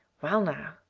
well now,